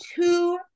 two